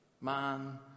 Man